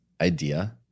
idea